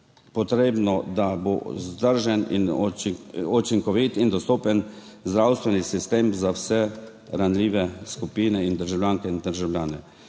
potrebno je, da bo vzdržen in učinkovit in dostopen zdravstveni sistem za vse ranljive skupine in državljanke in državljane.